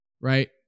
right